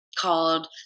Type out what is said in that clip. called